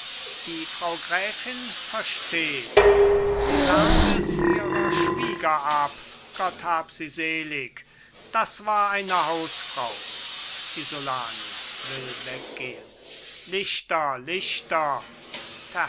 die frau gräfin verstehts sie lernt es ihrer schwieger ab gott hab sie selig das war eine hausfrau isolani will weggehen lichter lichter